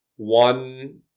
One